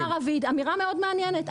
אמר מר רביד אמירה מאוד מעניינת,